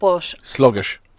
Sluggish